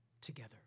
together